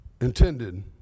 intended